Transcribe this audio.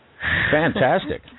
Fantastic